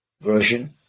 version